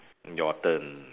your turn